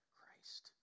Christ